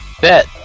bet